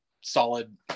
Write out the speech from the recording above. solid